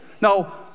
Now